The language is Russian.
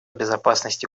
безопасности